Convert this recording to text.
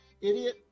idiot